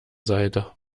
seite